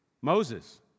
Moses